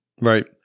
Right